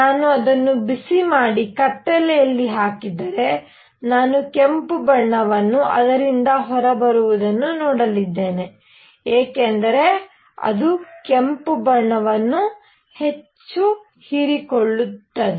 ನಾನು ಅದನ್ನು ಬಿಸಿ ಮಾಡಿ ಕತ್ತಲೆಯಲ್ಲಿ ಹಾಕಿದರೆ ನಾನು ಕೆಂಪು ಬಣ್ಣವನ್ನು ಅದರಿಂದ ಹೊರಬರುವುದನ್ನು ನೋಡಲಿದ್ದೇನೆ ಏಕೆಂದರೆ ಅದು ಕೆಂಪು ಬಣ್ಣವನ್ನು ಹೆಚ್ಚು ಹೀರಿಕೊಳ್ಳುತ್ತದೆ